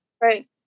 Right